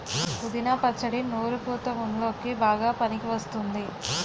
పుదీనా పచ్చడి నోరు పుతా వున్ల్లోకి బాగా పనికివస్తుంది